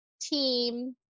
team